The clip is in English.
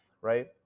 right